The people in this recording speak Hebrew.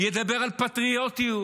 ידבר על פטריוטיות,